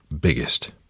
biggest